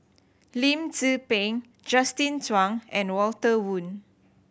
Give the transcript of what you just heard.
Lim Tze Peng Justin Zhuang and Walter Woon